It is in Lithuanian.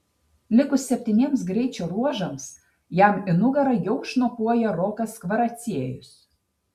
likus septyniems greičio ruožams jam į nugarą jau šnopuoja rokas kvaraciejus